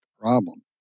problem